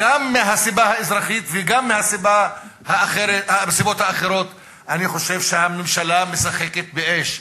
גם מהסיבה האזרחית וגם מהסיבות האחרות אני חושב שהממשלה משחקת באש.